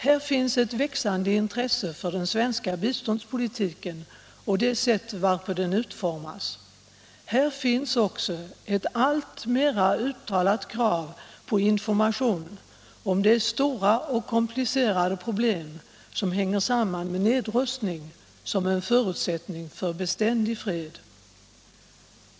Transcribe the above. Här finns ett växande intresse för den svenska biståndspolitiken och det sätt varpå den utformas. Här finns också ett alltmera uttalat krav på information om de stora och komplicerade problem som hänger samman med nedrustning som en förutsättning för beständig fred.